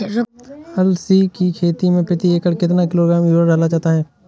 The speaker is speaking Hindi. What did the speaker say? अलसी की खेती में प्रति एकड़ कितना किलोग्राम यूरिया डाला जाता है?